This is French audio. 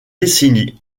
décennie